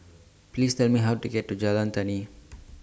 Please Tell Me How to get to Jalan Tani